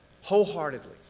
Wholeheartedly